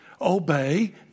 Obey